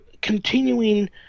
continuing